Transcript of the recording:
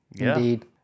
Indeed